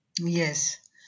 Yes